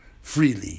freely